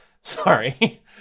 Sorry